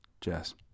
Jess